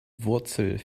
wurzel